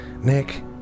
Nick